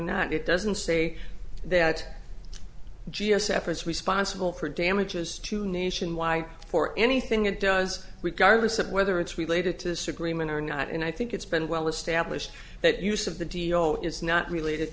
not it doesn't say that g s f is responsible for damages to nationwide for anything it does regardless of whether it's related to this agreement or not and i think it's been well established that use of the d o is not related